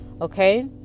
Okay